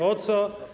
O co?